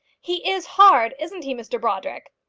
he is hard isn't he, mr brodrick?